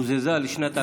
הוזזה לשנת 2000,